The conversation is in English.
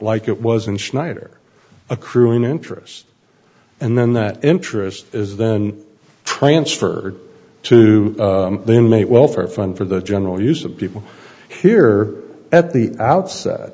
like it wasn't schneider accruing interest and then that interest is then transferred to the inmate welfare fund for the general use of people here at the outset